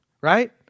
right